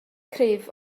cryf